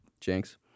Jinx